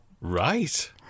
Right